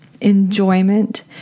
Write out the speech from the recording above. enjoyment